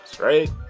right